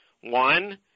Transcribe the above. One